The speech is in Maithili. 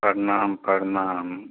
प्रणाम प्रणाम